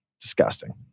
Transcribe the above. Disgusting